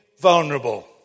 vulnerable